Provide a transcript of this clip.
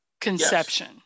conception